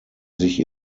sich